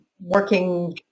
working